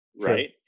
right